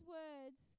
words